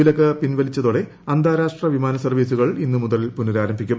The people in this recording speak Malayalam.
വിലക്ക് പിൻവലിച്ചതോടെ അന്താരാഷ്ട്ര വിമാന സർവ്വീസുകൾ ഇന്നു മുതൽ പുനരാരംഭിക്കും